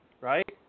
Right